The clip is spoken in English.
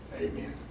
Amen